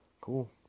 Cool